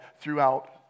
throughout